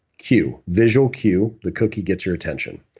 cue, visual cue, the cookie gets your attention.